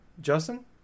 justin